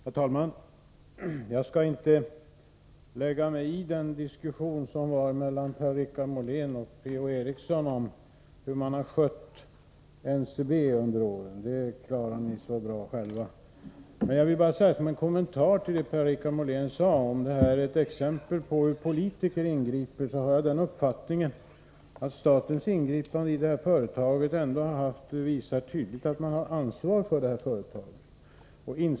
Herr talman! Jag skall inte lägga mig i den diskussion som förs mellan Per-Richard Molén och Per-Ola Eriksson om hur man har skött NCB under åren. Den diskussionen klarar ni så bra själva. Men jag vill kommentera det Per-Richard Molén sade om att detta är ett exempel på hur politiker ingriper. Jag har uppfattningen att statens ingripande i detta företag tydligt visar att 45 staten har känt sitt ansvar för företaget.